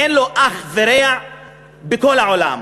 אין לו אח ורע בכל העולם.